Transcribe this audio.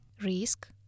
risk